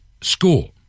school